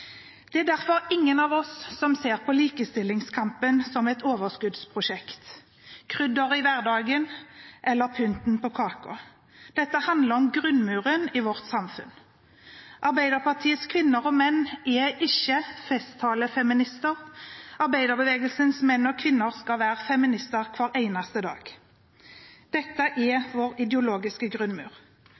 Det er derfor ingen av oss som ser på likestillingskampen som et overskuddsprosjekt, krydderet i hverdagen eller pynten på kaken. Dette handler om grunnmuren i vårt samfunn. Arbeiderpartiets kvinner og menn er ikke festtalefeminister. Arbeiderbevegelsens menn og kvinner skal være feminister hver eneste dag. Dette er vår ideologiske grunnmur.